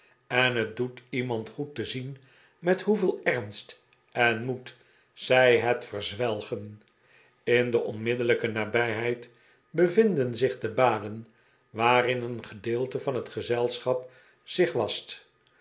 en het doet iemand goed te zien met hoeveel ernst en moed zij het yerzwelgen in de onmiddellijke nabijheid bevinden zich de baden waarin een gedeelte van het gezelschap zich wascht